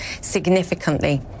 significantly